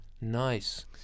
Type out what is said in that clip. Nice